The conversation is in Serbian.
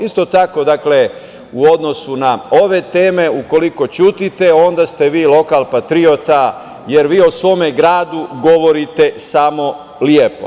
Isto tako u odnosu na ove teme, dakle, ukoliko ćutite onda ste vi lokal patriota, jer vi o svom gradu govorite samo lepo.